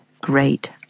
great